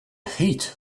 heat